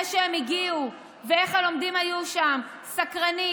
שהם הגיעו ואיך הלומדים היו שם סקרנים,